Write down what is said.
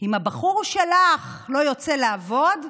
אם הבחור שלך לא יוצא לעבוד,